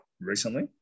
recently